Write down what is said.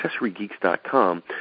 AccessoryGeeks.com